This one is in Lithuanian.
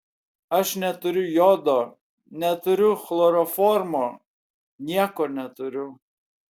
aš neturiu jodo neturiu chloroformo nieko neturiu